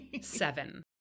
Seven